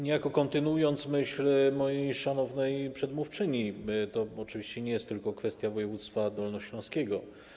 Niejako będę kontynuował myśl mojej szanownej przedmówczyni, bo to oczywiście nie jest tylko kwestia województwa dolnośląskiego.